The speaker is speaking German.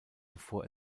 bevor